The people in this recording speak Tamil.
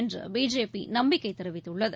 என்று பிஜேபி நம்பிக்கை தெரிவித்துள்ளது